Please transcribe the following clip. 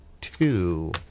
two